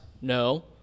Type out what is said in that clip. No